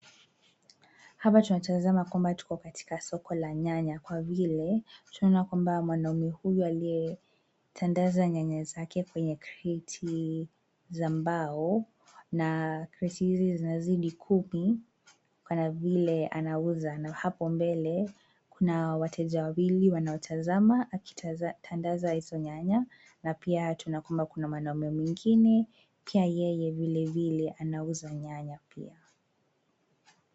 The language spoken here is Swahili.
Hapa tunatazama kwamba tuko katika soko la nyanya kwa vile tunaona kwamba mwanamume huyu aliyetandaza nyanya zake kwenye kreti za mbao, na kreti hizi zinazidi kumi kana vile anauza, na hapo mbele kuna wateja wawili wanaotazama akitandaza hizo nyanya na pia tunaona kwamba kuna mwanamume mwengine pia yeye vilevile anauza nyanya pia.